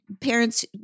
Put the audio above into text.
parents